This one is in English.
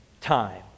time